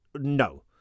no